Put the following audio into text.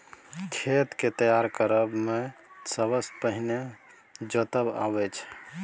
खेत केँ तैयार करब मे सबसँ पहिने जोतब अबै छै